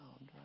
right